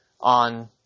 on